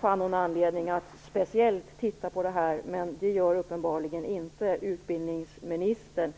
fann hon anledning att speciellt titta på detta. Det gör uppenbarligen inte utbildningsministern.